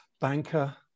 banker